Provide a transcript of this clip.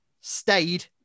stayed